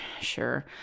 Sure